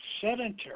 sedentary